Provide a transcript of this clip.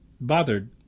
bothered